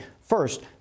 First